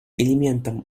элементом